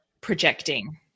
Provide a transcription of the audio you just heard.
projecting